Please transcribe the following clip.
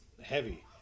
heavy